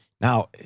now